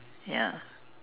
ya